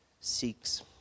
seeks